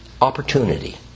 opportunity